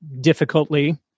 difficultly